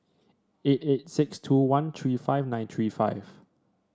eight eight six two one three five nine three five